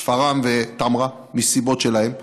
שפרעם וטמרה, מסיבות שלהן,